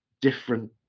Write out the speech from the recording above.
different